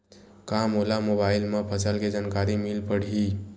का मोला मोबाइल म फसल के जानकारी मिल पढ़ही?